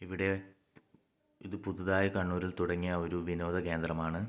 ഇവിടെ ഇത് പുതിയതായി കണ്ണൂരിൽ തുടങ്ങിയ ഒരു വിനോദ കേന്ദ്രമാണ്